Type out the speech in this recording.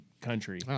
country